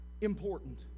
important